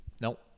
Nope